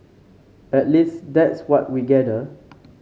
at least that's what we gather